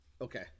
Okay